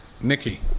Nicky